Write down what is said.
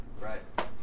right